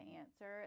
answer